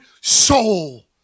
soul